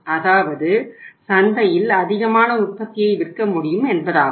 அதாவது சந்தையில் அதிகமான உற்பத்தியை விற்க முடியும் என்பதாகும்